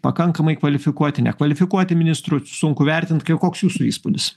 pakankamai kvalifikuoti nekvalifikuoti ministrų sunku vertint koks jūsų įspūdis